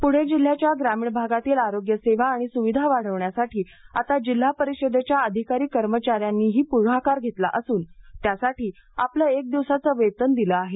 निधी प्रणे जिल्ह्याच्या ग्रामीण भागातील आरोग्य सेवा आणि सुविधा वाढवण्यासाठी आता जिल्हा परिषदेच्या अधिकारी कर्मचाऱ्यांनीही पुढाकार घेतला असून त्यासाठी आपले एक दिवसाचे वेतन दिलं आहे